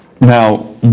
Now